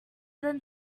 than